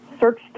search